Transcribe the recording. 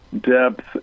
depth